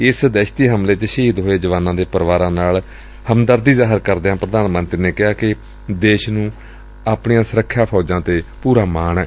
ਇਸ ਦਹਿਸ਼ਤੀ ਹਮਲੇ ਚ ਸ਼ਹੀਦ ਹੋਏ ਜਵਾਨਾਂ ਦੇ ਪਰਿਵਾਰਾਂ ਨਾਲ ਹਮਦਰਦੀ ਜ਼ਾਹਿਰ ਕਰਦਿਆਂ ਪ੍ਧਾਨ ਮੰਤਰੀ ਨੇ ਕਿਹਾ ਕਿ ਦੇਸ਼ ਨੂੰ ਆਪਣੀਆਂ ਸੁਰੱਖਿਆ ਫੌਜਾਂ ਤੇ ਮਾਣ ਏ